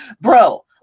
Bro